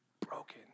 broken